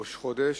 ראש חודש,